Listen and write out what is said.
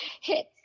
hit